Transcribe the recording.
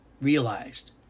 realized